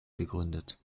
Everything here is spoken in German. gegründet